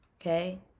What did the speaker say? Okay